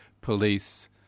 police